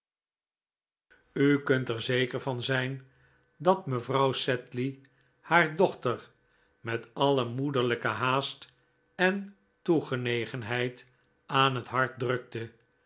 u kunt er zeker van zijn dat mevrouw sedley haar dochter met alle moederlijke haast en toegenegenheid aan het hart drukte